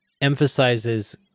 emphasizes